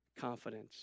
confidence